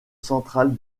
centrale